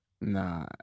nah